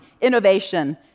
innovation